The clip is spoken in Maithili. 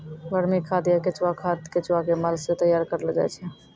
वर्मी खाद या केंचुआ खाद केंचुआ के मल सॅ तैयार करलो जाय छै